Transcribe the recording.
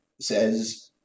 says